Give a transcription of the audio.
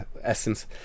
essence